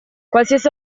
qualsiasi